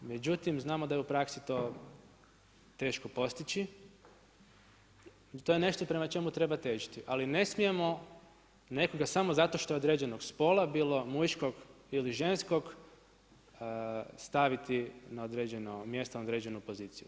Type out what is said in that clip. Međutim znamo da je u prasksi to teško postići i to je nešto prema čemu treba težiti, ali ne smijemo nekoga samo zato što je određenog spola, bilo muškog ili ženskog staviti na određeno mjesto, na određenu poziciju.